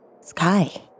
Sky